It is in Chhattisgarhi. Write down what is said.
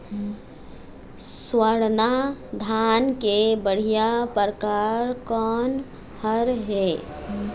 स्वर्णा धान के बढ़िया परकार कोन हर ये?